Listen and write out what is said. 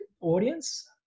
audience